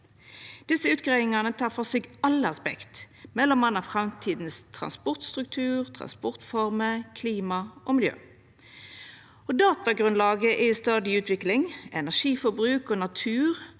Desse utgreiingane tek føre seg alle aspekt, m.a. framtidas transportstruktur, transportformer, klima og miljø. Datagrunnlaget er i stadig utvikling. Energiforbruk og natur